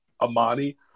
Amani